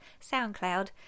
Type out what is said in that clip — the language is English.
SoundCloud